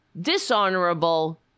dishonorable